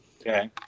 Okay